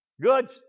Good